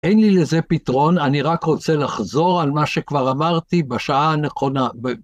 אין לי לזה פתרון, אני רק רוצה לחזור על מה שכבר אמרתי בשעה הנכונה.